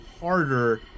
harder